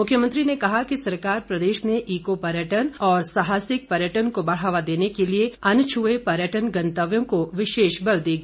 मुख्यमंत्री ने कहा कि सरकार प्रदेश में ईको पर्यटन और सहासिक पर्यटन को बढ़ावा देने के लिए अनछुए पर्यटन गंतव्यों को विशेष बल देगी